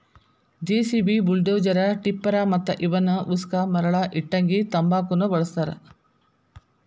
JCB, bulldozer, tipper ಮತ್ತ ಇವನ್ ಉಸಕ ಮರಳ ಇಟ್ಟಂಗಿ ತುಂಬಾಕುನು ಬಳಸ್ತಾರ